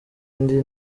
indi